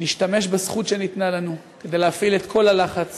נשתמש בזכות שניתנה לנו כדי להפעיל את כל הלחץ